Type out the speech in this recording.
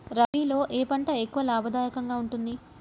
రబీలో ఏ పంట ఎక్కువ లాభదాయకంగా ఉంటుంది?